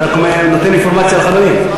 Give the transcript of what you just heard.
אני רק נותן אינפורמציה לחברים.